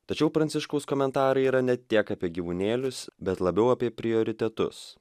tačiau pranciškaus komentarai yra ne tiek apie gyvūnėlius bet labiau apie prioritetus